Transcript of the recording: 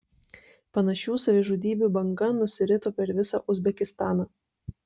panašių savižudybių banga nusirito per visą uzbekistaną